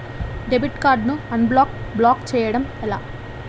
Debit card ను unblock block చేయటం ఎలా?